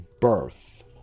birth